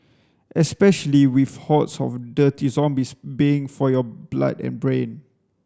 especially with hordes of dirty zombies baying for your blood and brain